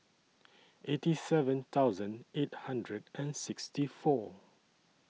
eighty seven thousand eight hundred and sixty four